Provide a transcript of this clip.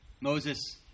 Moses